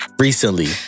recently